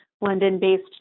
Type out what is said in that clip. London-based